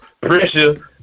Pressure